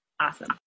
awesome